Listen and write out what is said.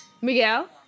Miguel